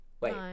wait